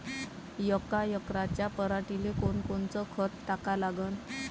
यका एकराच्या पराटीले कोनकोनचं खत टाका लागन?